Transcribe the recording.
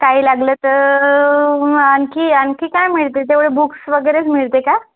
काही लागलं त आणखी आणखी काय मिळते तेवढं बुक्स वगैरेच मिळते का